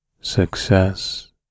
success